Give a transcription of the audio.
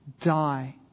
die